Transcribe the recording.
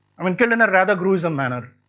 i mean killed in a rather gruesome manner,